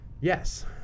yes